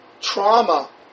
Trauma